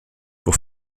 pour